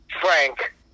Frank